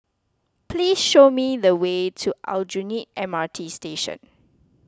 please show me the way to Aljunied M R T Station